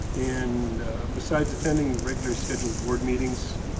and besides attending regularly scheduled board meetings,